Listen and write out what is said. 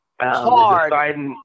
Hard